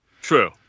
true